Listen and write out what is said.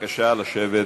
בבקשה לשבת.